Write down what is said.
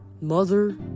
Mother